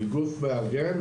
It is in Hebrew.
היא גוף מארגן,